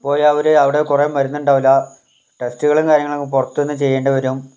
പോയാൽ അവർ അവിടെ കുറേ മരുന്നുണ്ടാവില്ല ടെസ്റ്റുകളും കാര്യങ്ങളും ഒക്കെ പുറത്തു നിന്ന് ചെയ്യേണ്ടി വരും